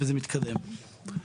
וזה מתקדם.